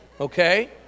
Okay